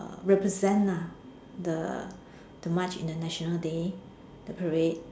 represent ah the the march in the national day the parade